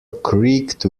creaked